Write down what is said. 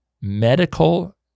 medical